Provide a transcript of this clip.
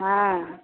हँ